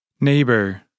Neighbor